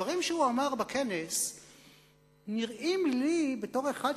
והדברים שהוא אמר בכנס נראים לי כדברי אחד